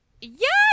Yes